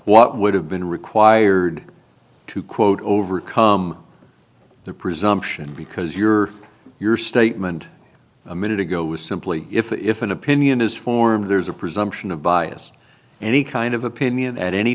what would have been required to quote overcome the presumption because your your statement a minute ago was simply if an opinion is formed there's a presumption of bias any kind of opinion at any